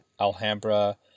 Alhambra